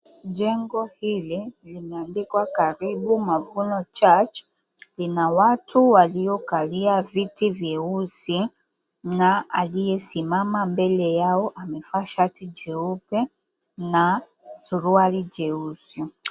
Jengo hili limeandikwa "Karibu Mavuno Church", lina watu waliokalia viti vyeusi na aliyesimama mbele yao amevaa shati jeupe na suruali jeusi.